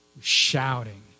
shouting